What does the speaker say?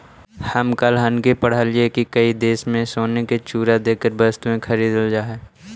हम कल हिन्कि पढ़लियई की कई देशों में सोने का चूरा देकर वस्तुएं खरीदल जा हई